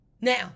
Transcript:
now